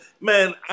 man